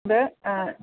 അത് ആ